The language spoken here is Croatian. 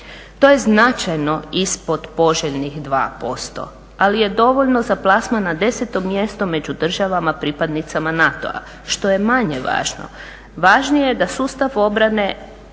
to je značajno ispod poželjnih 2% ali je dovoljno za plasman na 10.među državama pripadnicama NATO-a što je manje važno. važnije je da sustav obrane